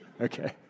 Okay